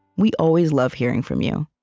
we always love hearing from you